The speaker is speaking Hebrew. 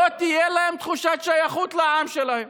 לא תהיה להם תחושת שייכות לעם שלהם,